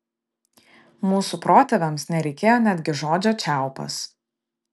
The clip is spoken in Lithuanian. mūsų protėviams nereikėjo netgi žodžio čiaupas